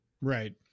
Right